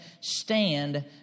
stand